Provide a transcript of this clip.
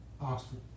Oxford